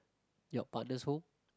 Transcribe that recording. your partner's home